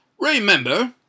Remember